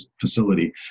facility